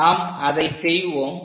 நாம் அதை செய்வோம்